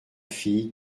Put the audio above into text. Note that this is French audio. fille